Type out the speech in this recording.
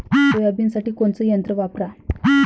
सोयाबीनसाठी कोनचं यंत्र वापरा?